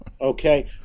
okay